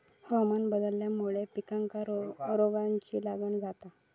हवामान बदलल्यामुळे पिकांका रोगाची लागण जाता